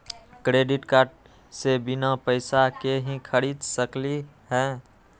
Credit card से बिना पैसे के ही खरीद सकली ह?